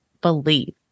believe